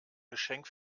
geschenk